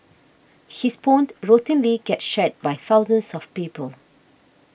his posts routinely get shared by thousands of people